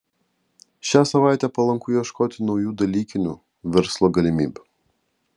šią savaitę palanku ieškoti naujų dalykinių verslo galimybių